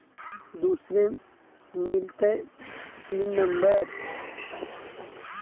दुसरे मिलतै pin number?